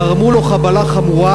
גרמו לו חבלה חמורה,